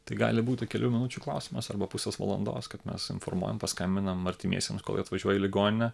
tai gali būti kelių minučių klausimas arba pusės valandos kad mes informuojam paskambinam artimiesiems kol jie atvažiuoja į ligoninę